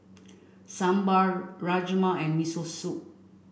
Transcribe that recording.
Sambar Rajma and Miso Soup